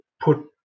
put